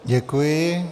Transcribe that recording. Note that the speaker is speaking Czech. Děkuji.